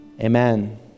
Amen